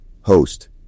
host